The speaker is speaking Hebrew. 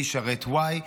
מי ישרת y,